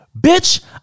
bitch